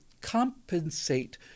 compensate